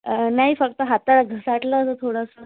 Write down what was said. नाही फक्त हाता घसाटलं असं थोडंसं